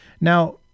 Now